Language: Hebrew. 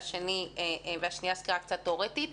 והשנייה סקירה תיאורטית.